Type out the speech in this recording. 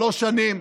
שלוש שנים,